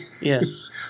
Yes